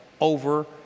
over